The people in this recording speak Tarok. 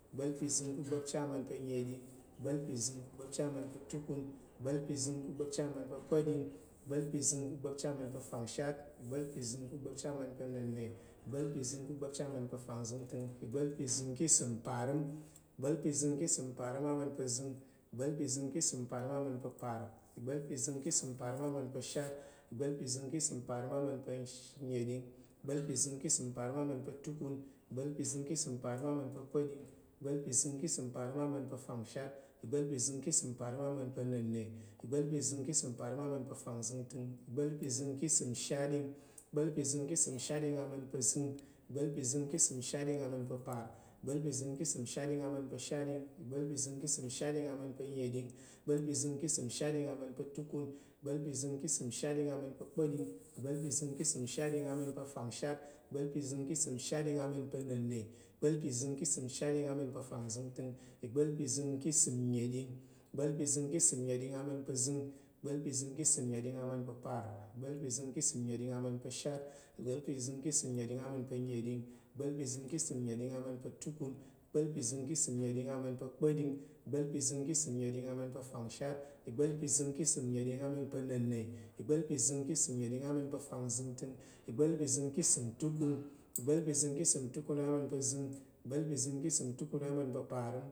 Ìgbá̱l ka̱ ugba̱pchi annəɗing, ìgbá̱l ka̱ ugba̱pchi atukun, ìgbá̱l ka̱ ugba̱pchi kpa̱ɗing, ìgbá̱l ka̱ ugba̱pchi afangshat, ìgbá̱l ka̱ ugba̱pchi anna̱nə, ìgbá̱l ka̱ ugba̱pchi afangzəntəng, ìgbá̱l ka̱ ìsəm parəm, ìgbá̱l ka̱ ìsəm azəng, ìgbá̱l ka̱ i ìsəm apar, ìgbá̱l ka̱ ìsəm parəm ashat, ìgbá̱l ka̱ ìsəm parəm anəɗing, ìgbá̱l ka̱ ìsəm parəm ama̱n pa̱ atukun, ìgbá̱l ka̱ ìsəm a parəm ama̱n akpa̱ɗing, ìgbá̱l ka̱ ìsəm parəm ama̱n afangshat, ìgbá̱l ka̱ ìsəm parəm ama̱n anənna̱, ìgbá̱l ka̱ ìsəm parəm ama̱n pa̱ afangzəngtəng, ìgbá̱l ka̱ ìsəm shatɗing, ìgbá̱l ka̱ ìsəm shatɗing azəng, ìgbá̱l ka̱ ìsəm shatɗing apar, ìgbá̱l ka̱ ìsəm shatɗing ashaɗing, ìgbá̱l ka̱ ìsəm shatɗing annəɗing, ìgbá̱l ka̱ ìsəm shatɗing tukun, ìgbá̱l ka̱ ìsəm shatɗing akpa̱ɗing, ìgbá̱l ka̱ ìsəm shatɗing afangshat, ìgbá̱l ka̱ ìsəm shatɗing anənna̱, ìgbá̱l ka̱ ìsəm shatɗing afangzəngtəng, ìgbá̱l ka̱ ìsəm nnəɗing, ìgbá̱l ka̱ ìsəm nnəɗing azəng, ìgbá̱l ka̱ ìsəm nnəɗing apar, ìgbá̱l ka̱ ìsəm nnəɗing ashaɗing, ìgbá̱l ka̱, ìsəm nnəɗing anənɗing, ìgbá̱l ka̱ ìsəm nnəɗing ama̱n pa̱ atukun, ìgbá̱l ka̱ ìsəm nnəɗing akpa̱ɗing, ìgbá̱l ka̱ ìsəm nnəɗing afangshat, ìgbá̱l ka̱ ìsəm nnəɗing annəna̱, ìgbá̱l ka̱ ìsəm nnəɗing afangzəngtəng, ìgbá̱l ka̱ ìsəm ama̱n pa̱ tukun, ìgbá̱l ka̱ ìsəm tukun ama̱n pa̱ azəng, ìgbá̱l ka̱ ìsəm tukun ama̱n pa̱ aparəm